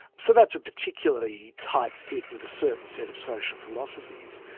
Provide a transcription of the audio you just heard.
so that's a particularly tight fit with a certain set of social philosophies.